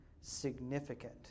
significant